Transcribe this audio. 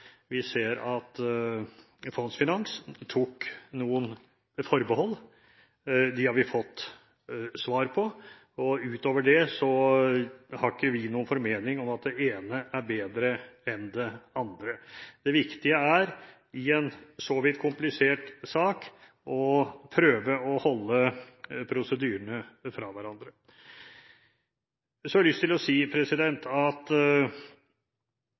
Vi ser at Fondsfinans tok noen forbehold. Dem har vi fått svar på, og utover det har ikke vi noen formening om at det ene er bedre enn det andre. Det viktige er i en så vidt komplisert sak å prøve å holde prosedyrene fra hverandre. Så har jeg lyst til å si at